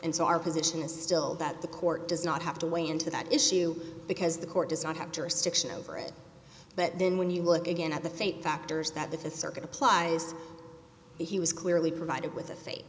and so our position is still that the court does not have to weigh into that issue because the court does not have jurisdiction over it but then when you look again at the fate factors that the fifth circuit applies he was clearly provided with a fa